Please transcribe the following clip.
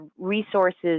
resources